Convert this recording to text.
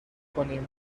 کنیم